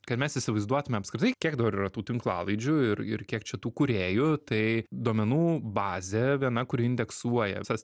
kad mes įsivaizduotume apskritai kiek dabar yra tų tinklalaidžių ir ir kiek čia tų kūrėjų tai duomenų bazė viena kuri indeksuoja visas